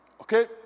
Okay